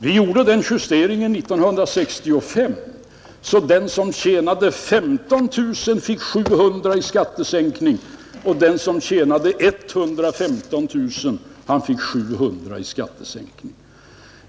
Vi gjorde en sådan 1965, så att den som tjänade 15 000 kronor fick 700 kronor i skattesänkning och den som tjänade 115 000 kronor fick 700 i skattesänkning.